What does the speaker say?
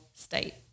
state